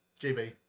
GB